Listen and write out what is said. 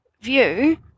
view